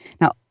Now